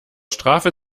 strafe